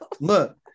look